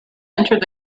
entered